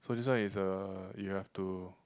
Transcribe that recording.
so this one is uh you have to